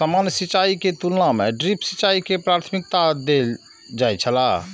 सामान्य सिंचाई के तुलना में ड्रिप सिंचाई के प्राथमिकता देल जाय छला